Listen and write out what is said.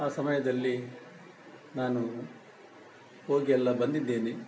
ಆ ಸಮಯದಲ್ಲಿ ನಾನು ಹೋಗಿ ಎಲ್ಲ ಬಂದಿದ್ದೇನೆ